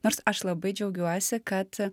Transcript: nors aš labai džiaugiuosi kad